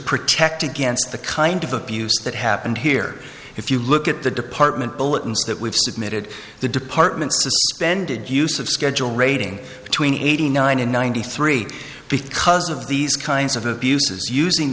protect against the kind of abuse that happened here if you look at the department bulletins that we've submitted the department then did use of schedule rating between eighty nine and ninety three because of these kinds of abuses using